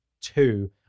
two